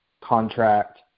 contract